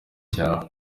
cyawe